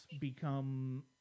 become